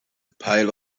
pile